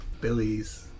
Billy's